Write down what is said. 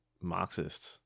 Marxist